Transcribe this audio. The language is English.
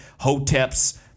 hoteps